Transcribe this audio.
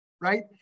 right